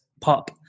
pop